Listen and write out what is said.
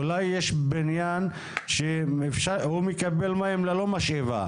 אולי יש בניין שמקבל מים ללא משאבה?